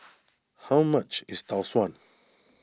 how much is Tau Suan